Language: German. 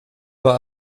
war